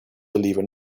deliver